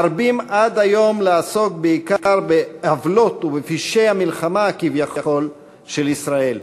מרבים עד היום לעסוק בעיקר בעוולות ובפשעי המלחמה כביכול של ישראל.